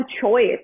choice